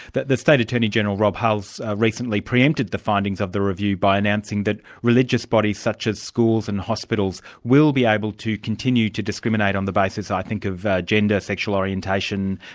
the state attorney-general, rob hulls, recently pre-empted the findings of the review by announcing that religious bodies such as schools and hospitals will be able to continue to discriminate on the basis i think of gender, sexual orientation,